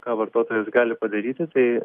ką vartotojas gali padaryti tai